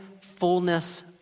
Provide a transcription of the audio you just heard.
fullness